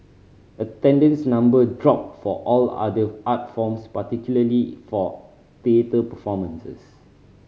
attendance number dropped for all other art forms particularly for theatre performances